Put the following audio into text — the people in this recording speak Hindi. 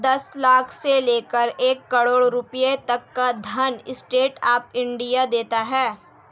दस लाख से लेकर एक करोङ रुपए तक का ऋण स्टैंड अप इंडिया देता है